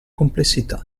complessità